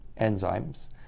enzymes